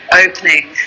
opening